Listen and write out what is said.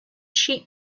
sheep